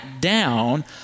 down